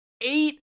eight